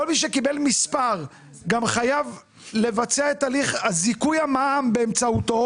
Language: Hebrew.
מי שקיבל מספר גם חייב לבצע את הליך זיכוי המע"מ באמצעותו,